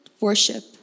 worship